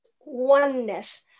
oneness